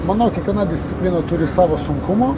manau kiekviena disciplina turi savo sunkumų